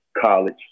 college